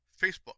Facebook